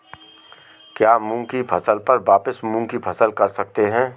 क्या मूंग की फसल पर वापिस मूंग की फसल कर सकते हैं?